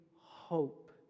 hope